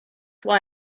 why